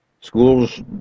Schools